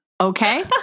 Okay